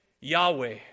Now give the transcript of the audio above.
Yahweh